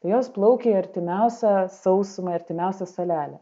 jos plaukia į artimiausią sausumą artimiausią salelę